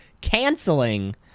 canceling